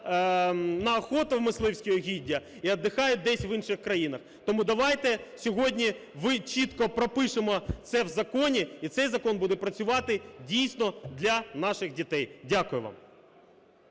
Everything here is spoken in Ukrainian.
на охоту в мисливські угіддя і відпочивають десь в інших країнах. Тому давайте сьогодні чітко пропишемо це в законі, і цей закон буде працювати, дійсно, для наших дітей. Дякую вам.